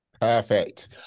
Perfect